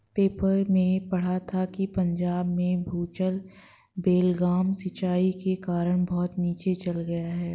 paper में पढ़ा था कि पंजाब में भूजल बेलगाम सिंचाई के कारण बहुत नीचे चल गया है